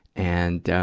and, ah,